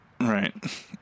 Right